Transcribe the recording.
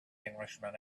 englishman